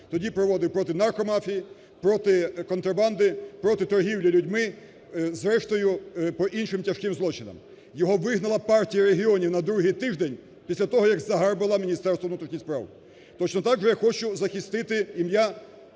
тоді проводив проти наркомафії, проти контрабанди, проти торгівлі людьми, зрештою, по іншим тяжким злочинам. Його вигнала Партія регіонів на другий тиждень після того як загарбала Міністерство внутрішніх справ. Точно так же я хочу захистити ім'я